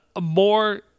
More